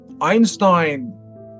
Einstein